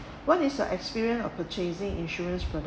what is your experience of purchasing insurance product